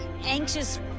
anxious